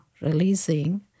releasing